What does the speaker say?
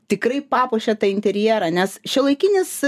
tikrai papuošia interjerą nes šiuolaikinis